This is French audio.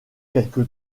quelque